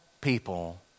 people